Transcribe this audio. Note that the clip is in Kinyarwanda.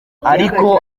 ariko